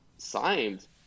signed